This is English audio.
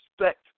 respect